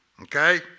okay